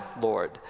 Lord